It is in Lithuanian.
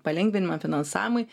palengvinimą finansavimui